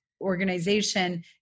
organization